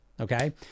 Okay